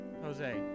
Jose